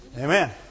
Amen